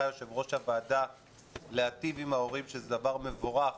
יושב ראש הוועדה להיטיב עם ההורים שזה דבר מבורך